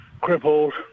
crippled